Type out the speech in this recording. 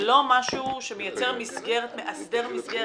זה לא משהו שמאסדר מסגרת.